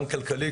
גם כלכלי,